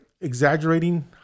exaggerating